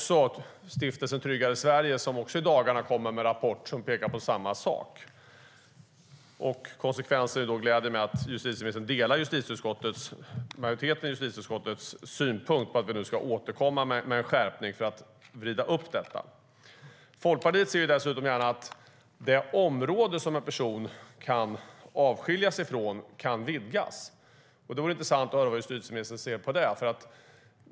Stiftelsen Tryggare Sverige kommer också med en rapport som pekar på samma sak i dagarna. Folkpartiet ser dessutom gärna att det område som en person kan avskiljas ifrån kan vidgas. Det vore intressant att höra hur justitieministern ser på det.